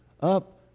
Up